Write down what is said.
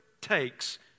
takes